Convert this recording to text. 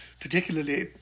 particularly